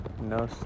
No